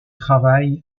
travaille